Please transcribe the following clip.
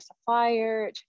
supplier